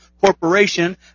Corporation